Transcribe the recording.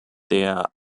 der